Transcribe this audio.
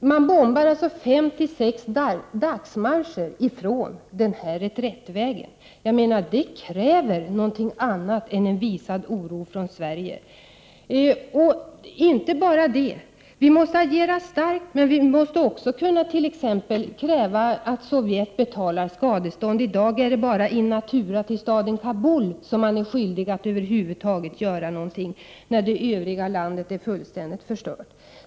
Bombningarna sker fem å sex dagsmarscher från reträttvägen. Det kräver någonting annat än en visad oro från Sverige. Vi måste reagera starkt, men vi måste också kunna t.ex. kräva att Sovjet betalar skadestånd. I dag är det bara in natura till staden Kabul som man över huvud taget är skyldig att göra någonting, trots att det övriga landet är fullständigt förstört.